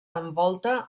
envolta